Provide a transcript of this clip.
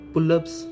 Pull-ups